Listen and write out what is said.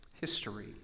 history